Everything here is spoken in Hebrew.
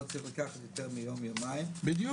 צריך לקחת יותר מיום יומיים --- בדיוק.